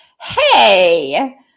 hey